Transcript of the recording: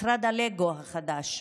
משרד הלגו החדש.